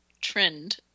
trend